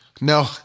No